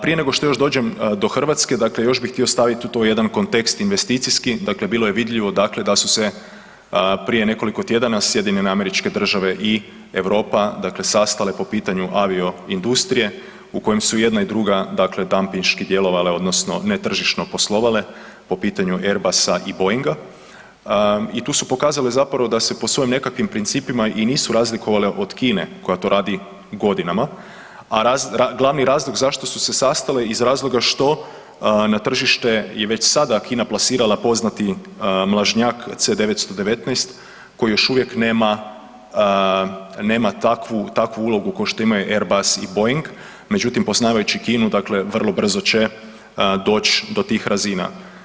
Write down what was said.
Prije nego što još dođem do Hrvatske još bih htio staviti u to jedan kontekst investicijski, dakle bilo je vidljivo da su se prije nekoliko tjedana SAD i Europa sastale po pitanju avio industrije u kojem su jedna i druga dampinški djelovale odnosno netržišno poslovale po pitanju Airbusa i Boeinga i tu su pokazale zapravo da se po svojim nekakvim principima i nisu razlikovale od Kine koja to radi godinama, a glavni razlog zašto su se sastali iz razloga što na tržište je već sada Kina plasirala poznati mlažnjak C919 koji još uvijek nema takvu ulogu kao što ima Airbus i Boeing, međutim poznavajući Kinu vrlo brzo će doć do tih razina.